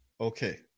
Okay